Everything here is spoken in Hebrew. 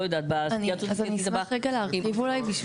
לא יודעת --- אני אשמח רגע להגיב אולי.